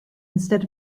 instead